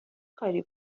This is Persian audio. کاری